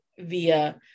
via